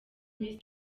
miss